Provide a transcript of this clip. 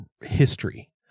history